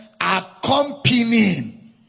accompanying